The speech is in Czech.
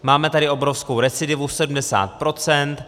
Máme tady obrovskou recidivu 70 procent.